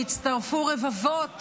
שהצטרפו בו רבבות